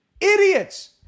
Idiots